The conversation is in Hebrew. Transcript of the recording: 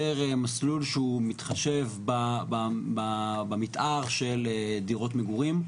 מסלול שהוא מתחשב במתאר של דירות מגורים.